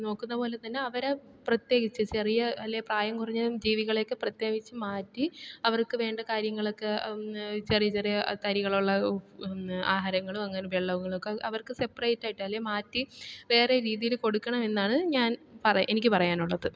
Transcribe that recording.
നോക്കുന്ന പോലെ തന്നെ അവരെ പ്രത്യേകിച്ച് ചെറിയ വലിയ പ്രായം കുറഞ്ഞതും ജീവികളെയൊക്കെ പ്രത്യേകിച്ചും മാറ്റി അവർക്ക് വേണ്ട കാര്യങ്ങളൊക്കെ ചെറിയ ചെറിയ തരികളുള്ള ആഹാരങ്ങളും അങ്ങനെ വെള്ളവുങ്ങളക്കെ അവർക്ക് സെപ്പറേറ്റ് ആയിട്ട് അല്ലെങ്കിൽ മാറ്റി വേറെ രീതിയിൽ കൊടുക്കണം എന്നാണ് ഞാൻ എനിക്ക് പറയാനുള്ളത്